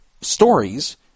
stories